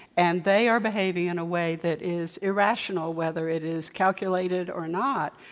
and they are behaving in a way that is irrational, whether it is calculated or not,